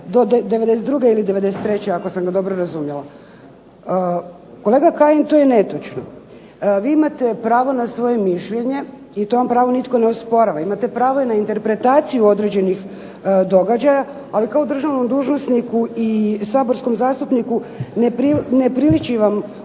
do '92. ili '93.", ako sam ga dobro razumjela. Kolega Kajin to je netočno. Vi imate pravo na svoje mišljenje i to vam pravo nitko ne osporava, imate pravo i na interpretaciju određenih događaja, ali kao državnom dužnosniku i saborskom zastupniku ne priliči vam